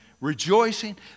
rejoicing